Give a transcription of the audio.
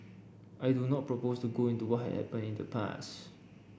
I do not propose to go into what had happened in the past